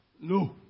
No